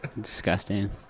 disgusting